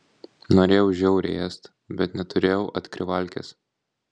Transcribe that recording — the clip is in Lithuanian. norėjau žiauriai ėst bet neturėjau atkrivalkės